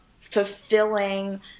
fulfilling